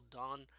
done